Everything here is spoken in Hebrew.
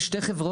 יש שתי חברות,